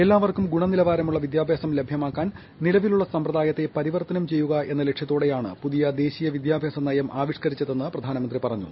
എല്ലാവർക്കും ഗുണനിലവാരമുള്ള വിദ്യാഭ്യാസം ലഭൃമാക്കുന്നതിനായി നില വിലുള്ള വിദ്യാഭ്യാസ സമ്പ്രദായത്തെ പരിവർത്തനം ചെയ്യുക എന്ന ലക്ഷ്യത്തോടെയാണ് പുതിയ ദേശീയ വിദ്യാഭ്യാസ നയം ആവിഷ്കരിച്ചതെന്ന് പ്രധാനമന്ത്രി പറഞ്ഞു